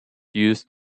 used